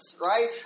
right